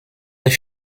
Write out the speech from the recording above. est